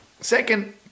Second